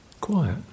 quiet